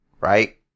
Right